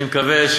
אני מקווה,